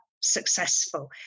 successful